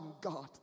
God